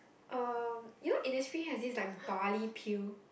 um you know Innisfree has this like barley peel